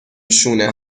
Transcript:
شونه